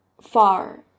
far